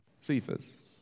Cephas